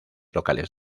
locales